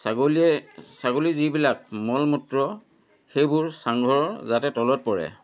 ছাগলীয়ে ছাগলীৰ যিবিলাক মল মূত্ৰ সেইবোৰ চাঙঘৰৰ যাতে তলত পৰে